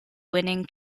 winning